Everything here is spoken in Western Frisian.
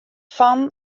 fan